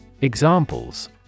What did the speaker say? Examples